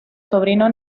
sobrino